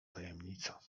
tajemnica